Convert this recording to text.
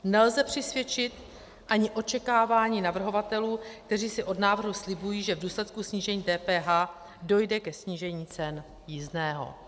Nelze přisvědčit ani očekávání navrhovatelů, kteří si od návrhu slibují, že v důsledku snížení DPH dojde ke snížení cen jízdného.